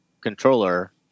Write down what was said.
controller